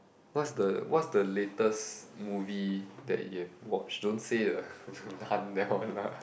what's the what's the latest movie that you have watched don't say the the Nun that one lah